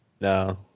No